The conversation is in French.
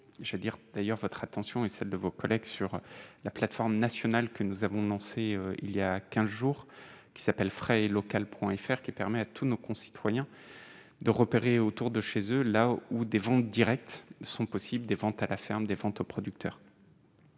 j'allais dire d'ailleurs votre attention et celle de vos collègues sur la plateforme nationale que nous avons lancé il y a 15 jours, qui s'appelle frais et local point fr qui permet à tous nos concitoyens de repérer autour de chez eux, là ou des ventes directes sont possibles, des ventes à la ferme des fantômes, producteur